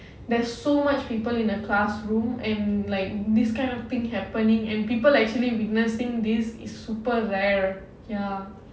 there's so much people in the classroom and like this kind of thing happening and people actually witnessing this is super rare ya